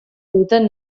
duten